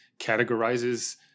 categorizes